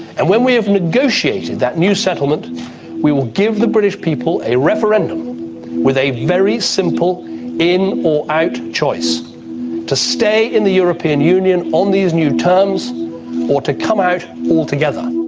and when we have negotiated that new settlement we will give the british people a referendum with a very simple in or out choice to stay in the european union on these new terms or to come out altogether.